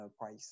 price